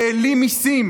שהעלים מיסים,